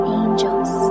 angels